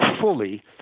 fully